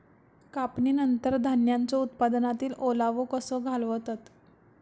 कापणीनंतर धान्यांचो उत्पादनातील ओलावो कसो घालवतत?